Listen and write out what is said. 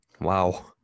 Wow